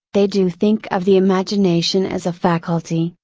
they do think of the imagination as a faculty,